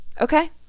okay